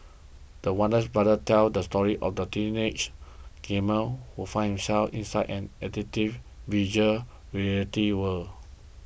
the Warner's brother tells the story of a teenage gamer who finds himself inside an addictive Virtual Reality world